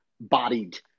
bodied